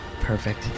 Perfect